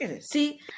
See